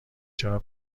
چرا